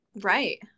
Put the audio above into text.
right